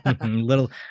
little